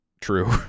True